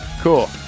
Cool